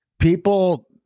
people